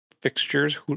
fixtures